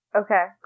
Okay